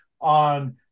on